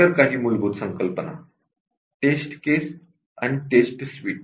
इतर काही मूलभूत संकल्पना टेस्ट केस आणि टेस्ट सुईट